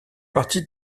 partie